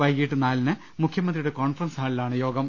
വൈകിട്ട് നാലിന് മുഖ്യമന്ത്രിയുടെ കോൺഫറൻസ് ഹാളിലാണ് യോഗം